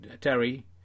Terry